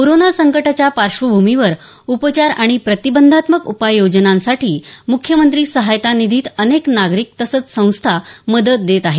corona संकटाच्या पार्श्वभूमीवर उपचार आणि प्रतिबंधात्मक उपाययोजनांसाठी मुख्यमंत्री सहाय्यता निधीत अनेक नागरिक तसंच संस्था मदत देत आहेत